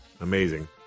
amazing